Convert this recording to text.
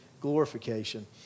glorification